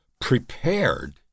prepared